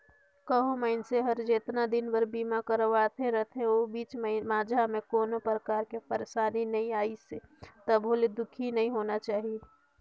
कहो मइनसे हर जेतना दिन बर बीमा करवाये रथे ओ बीच माझा मे कोनो परकार के परसानी नइ आइसे तभो ले दुखी नइ होना चाही